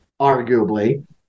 arguably